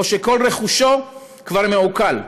או שכל רכושו כבר מעוקל,